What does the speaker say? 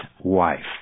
wife